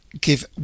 give